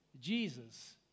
Jesus